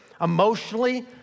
emotionally